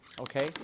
okay